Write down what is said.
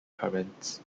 currents